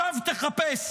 לשווא תחפש.